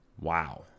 wow